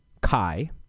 Kai